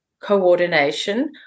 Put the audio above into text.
coordination